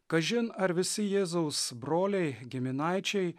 kažin ar visi jėzaus broliai giminaičiai